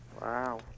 Wow